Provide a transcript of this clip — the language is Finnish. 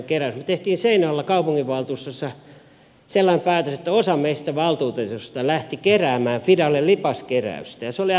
me teimme seinäjoella kaupunginvaltuustossa sellaisen päätöksen että osa meistä valtuutetuista lähti keräämään fidalle lipaskeräystä ja se oli aika hieno asia